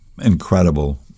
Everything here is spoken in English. incredible